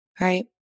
right